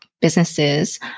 businesses